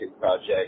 project